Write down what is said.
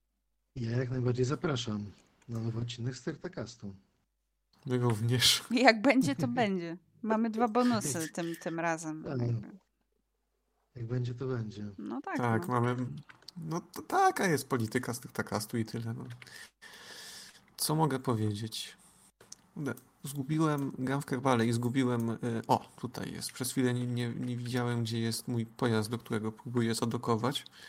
Ja jak najbardziej zapraszam na nowy odcinek Stricta Castu. My również. Jak będzie, to będzie. Mamy dwa bonusy tym- tym razem, Tak, no. jakby. Jak będzie, to będzie. No tak, Tak, no. mamy- no to taka jest polityka Stricta Castu i tyle, no. Co mogę powiedzieć? Zgubiłem gębkę w wale i zgubiłem, y, o, tutaj jest. Przez chwilę nie- nie widziałem, gdzie jest mój pojazd, do którego próbuję zadokować.